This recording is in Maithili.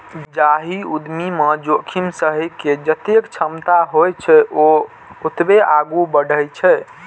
जाहि उद्यमी मे जोखिम सहै के जतेक क्षमता होइ छै, ओ ओतबे आगू बढ़ै छै